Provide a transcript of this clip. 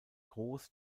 groß